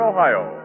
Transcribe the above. Ohio